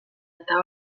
eta